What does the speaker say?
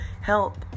help